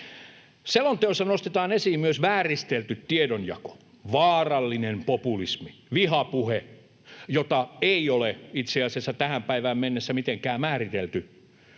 Selonteossa nostetaan esiin myös vääristelty tiedonjako, vaarallinen populismi, vihapuhe, jota ei ole itse asiassa tähän päivään mennessä mitenkään määritelty,